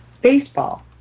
baseball